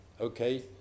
okay